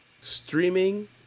streaming